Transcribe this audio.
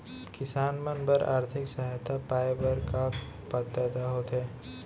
किसान मन बर आर्थिक सहायता पाय बर का पात्रता होथे?